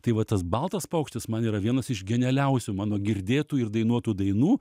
tai va tas baltas paukštis man yra vienas iš genialiausių mano girdėtų ir dainuotų dainų